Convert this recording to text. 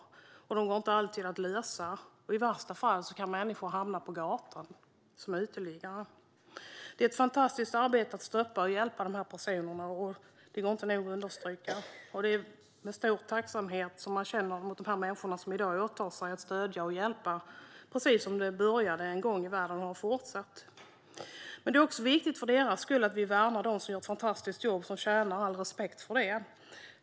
Uppgifterna går inte alltid att lösa, och i värsta fall kan människor hamna på gatan som uteliggare. Det är ett fantastiskt arbete att stötta och hjälpa dessa personer - det kan inte nog understrykas. Vi känner stor tacksamhet mot de människor som i dag åtar sig att stödja och hjälpa andra, precis som det började en gång i världen och sedan har fortsatt. Det är viktigt även för deras skull att vi värnar dem som gör ett fantastiskt jobb och som förtjänar all respekt för det.